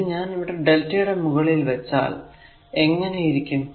ഇത് ഞാൻ ഈ lrmΔ യുടെ മുളകിൽ വച്ചാൽ എങ്ങനെ ഇരിക്കും